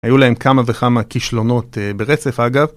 היו להם כמה וכמה כישלונות ברצף, אגב